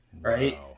Right